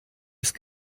ist